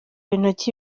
intoki